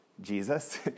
Jesus